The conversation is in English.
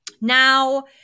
Now